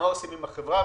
מה עושים עם החברה,